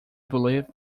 believe